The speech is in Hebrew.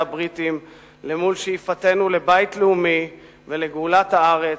הבריטים למול שאיפתנו לבית לאומי ולגאולת הארץ,